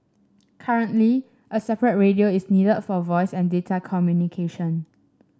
currently a separate radio is needed for voice and data communication